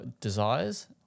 desires